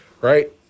Right